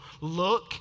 look